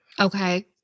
Okay